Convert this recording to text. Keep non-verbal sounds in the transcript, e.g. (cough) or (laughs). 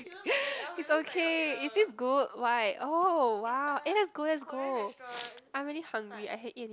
(laughs) it's okay is this good why oh !wow! eh let's go let's go (noise) I'm really hungry I can eat